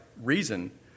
reason